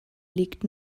liegt